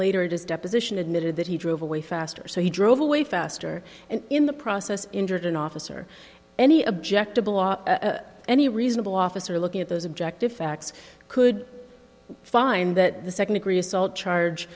later it is deposition admitted that he drove away faster so he drove away faster and in the process injured an officer any object any reasonable officer looking at those objective facts could find that the second degree assault